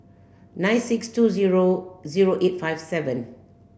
nine six two zero zero eight five seven